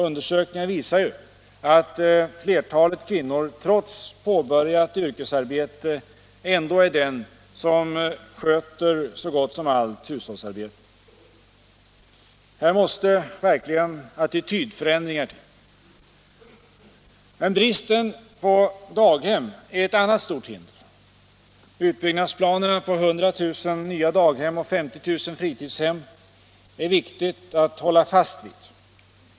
Undersökningar visar ju att flertalet kvinnor trots påbörjat yrkesarbete är de som sköter så gott som allt hushållsarbete. Här måste till verkliga attitydförändringar. Bristen på daghem är ett annat stort hinder. Det är viktigt att hålla fast vid utbyggnadsplanerna på 100 000 nya daghemsplatser och 50 000 fritidshemsplatser.